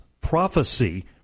prophecy